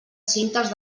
cintes